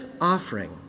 offering